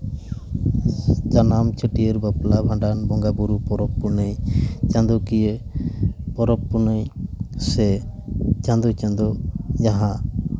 ᱡᱟᱱᱟᱢ ᱪᱷᱟᱹᱴᱭᱟᱹᱨ ᱵᱟᱯᱞᱟ ᱵᱷᱟᱸᱰᱟᱱ ᱵᱚᱸᱜᱟᱼᱵᱳᱨᱳ ᱯᱚᱨᱚᱵᱽ ᱯᱩᱱᱟᱹᱭ ᱪᱟᱸᱫᱳᱠᱤᱭᱟᱹ ᱯᱚᱨᱚᱵᱽ ᱯᱩᱱᱟᱹᱭ ᱥᱮ ᱪᱟᱸᱫᱳ ᱪᱟᱸᱫᱳ ᱡᱟᱦᱟᱸ